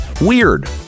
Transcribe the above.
Weird